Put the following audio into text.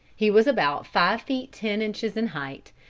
he was about five feet ten inches in height,